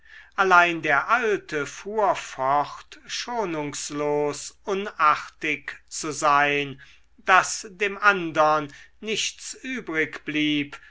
allein der alte fuhr fort schonungslos unartig zu sein daß dem andern nichts übrig blieb